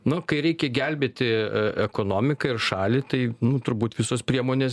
nu kai reikia gelbėti ekonomiką ir šalį tai nu turbūt visos priemonės